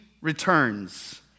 returns